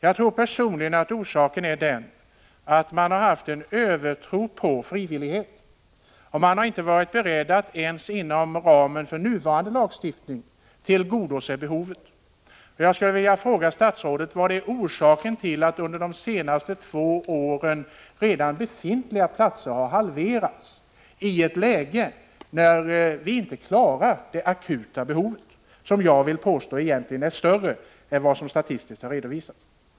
Jag tror personligen att orsaken är att man har haft en övertro på frivillighet och att man inte har varit beredd att ens inom ramen för nuvarande lagstiftning tillgodose behovet. Jag skulle vilja fråga statsrådet: Vad är orsaken till att antalet redan befintliga platser under de senaste två åren har halverats i ett läge när vi inte klarar det akuta behovet? Jag vill påstå att detta behov är större än vad man statistiskt har redovisat.